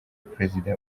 perezida